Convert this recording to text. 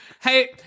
Hey